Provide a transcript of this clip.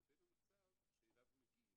לבין המצב שאליו מגיעים,